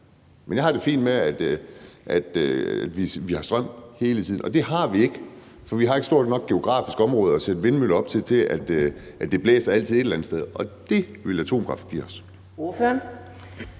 Men jeg ville have det fint med, at vi havde strøm hele tiden, men det har vi ikke, for vi har ikke et stort nok geografisk område at sætte vindmøller op på, i forhold til at det altid blæser et eller andet sted. Og det ville atomkraft give os.